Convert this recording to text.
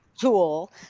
tool